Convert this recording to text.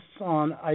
on